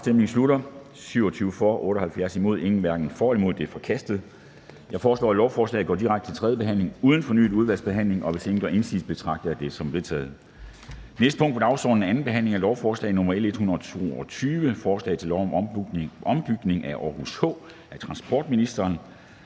hverken for eller imod stemte 0. Ændringsforslaget er forkastet. Jeg foreslår, at lovforslaget går direkte til tredje behandling uden fornyet udvalgsbehandling. Hvis ingen gør indsigelse, betragter jeg det som vedtaget. Det er vedtaget. --- Det næste punkt på dagsordenen er: 12) 2. behandling af lovforslag nr. L 122: Forslag til lov om ombygning af Aarhus H. Af transportministeren